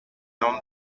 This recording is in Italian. non